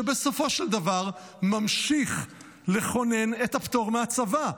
שבסופו של דבר ממשיך לכונן את הפטור מהצבא?